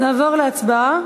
נעבור להצבעה.